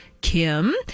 Kim